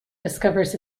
discovers